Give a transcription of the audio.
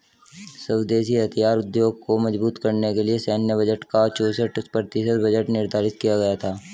स्वदेशी हथियार उद्योग को मजबूत करने के लिए सैन्य बजट का चौसठ प्रतिशत बजट निर्धारित किया गया था